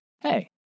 hey